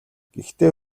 гэхдээ